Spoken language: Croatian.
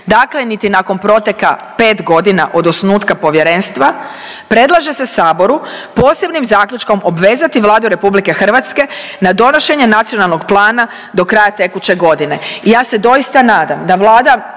dakle niti nakon proteka pet godina od osnutka povjerenstva, predlaže se Saboru posebnim zaključkom obvezati Vladu RH na donošenje nacionalnog plana do kraja tekuće godine. I ja se doista nadam da Vlada